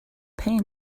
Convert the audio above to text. pay